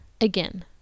Again